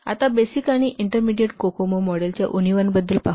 आता बेसिक आणि intermediate COCOMO मॉडेलच्या उणीवांबद्दल पाहू